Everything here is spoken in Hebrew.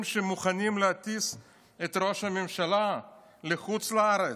שמוכנים להטיס את ראש הממשלה לחוץ לארץ?